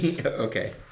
Okay